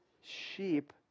Sheep